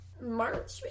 March